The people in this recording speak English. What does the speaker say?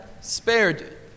spared